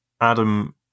Adam